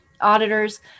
auditor's